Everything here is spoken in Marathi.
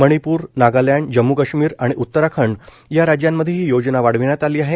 मणिपूर नागालँड जम्मू काश्मीर आणि उत्तराखंड या राज्यांमध्ये ही योजना वाढविण्यात आली आहे